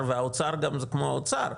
והאוצר זה כמו האוצר,